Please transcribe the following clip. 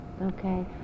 Okay